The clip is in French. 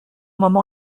maman